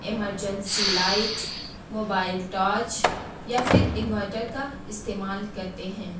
emergency light mobile torch یا پھر inverter کا استعمال کرتے ہیں